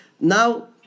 Now